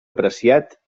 apreciat